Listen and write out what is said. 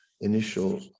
initial